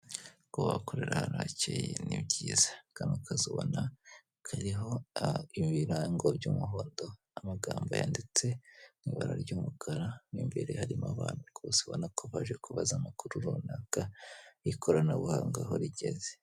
Kuba wakorera ahantu hakeye ni byiza kano kazu ubona kariho ibirango by'umuhondo amagambo yanditse mu ibara ry'umukara mwimbere harimo abantu rwose ubonako baje kubaza amakuru runaka y'ikoranabuhanga aho rigeze .